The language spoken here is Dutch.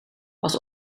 pas